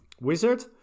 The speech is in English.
wizard